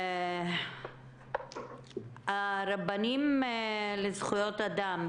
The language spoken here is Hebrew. בקי מרבנים לזכויות אדם,